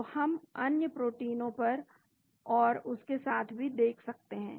तो हम अन्य प्रोटीनों पर और उसके साथ भी देख सकते हैं